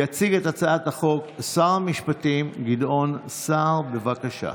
יציג את הצעת החוק שר המשפטים גדעון סער, בבקשה.